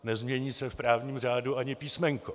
Nezmění se v právním řádu ani písmenko.